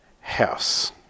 house